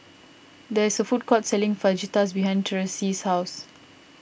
there's a food court selling Fajitas behind Tyreese's house